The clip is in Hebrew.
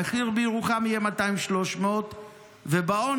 המחיר בירוחם יהיה 200,000 300,000 ובהון